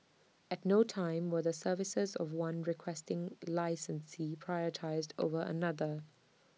at no time were the services of one Requesting Licensee prioritised over another